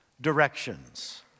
directions